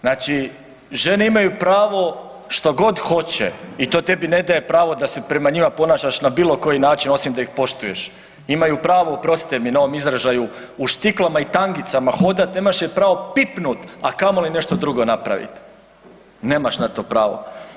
Znači žene imaju pravo što god hoće i to tebi ne daje pravo da se prema njima ponašaš na bilo koji način osim da ih poštuješ, imaju pravo, oprostite mi na ovom izražaju, u štiklama i tangicama hodat nemaš ju pravo pipnut, a kamoli nešto drugo napraviti, nemaš na to pravo.